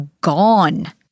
gone